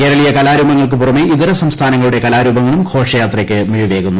കേരളീയ കലാരൂപങ്ങൾക്ക് പുറമെ ഇതര സംസ്ഥാനങ്ങളുടെ കലാരൂപങ്ങളും ഘോഷയാത്രയ്ക്ക് മിഴിവേകുന്നു